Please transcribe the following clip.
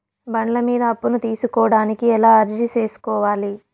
బండ్ల మీద అప్పును తీసుకోడానికి ఎలా అర్జీ సేసుకోవాలి?